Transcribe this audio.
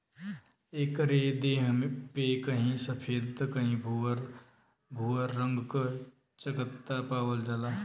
एकरे देह पे कहीं सफ़ेद त कहीं भूअर भूअर रंग क चकत्ता पावल जाला